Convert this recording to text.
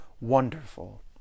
wonderful